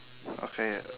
okay